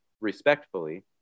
respectfully